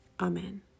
Amen